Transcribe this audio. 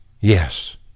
Yes